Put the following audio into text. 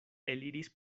eliris